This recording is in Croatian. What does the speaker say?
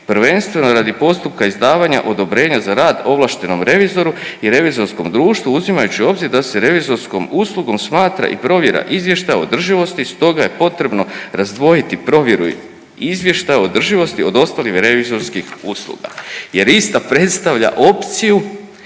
prvenstveno radi postupka izdavanja odobrenja za rad ovlaštenom revizoru i revizorskom društvu uzimajući u obzir da se revizorskom uslugom smatra i provjera izvještaja o održivosti. Stoga je potrebno razdvojiti provjeru izvještaja o održivosti od ostalih revizorskih usluga jer ista predstavlja opciju